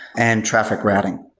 and traffic routing.